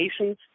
Nations